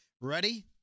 ready